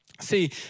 See